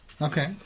okay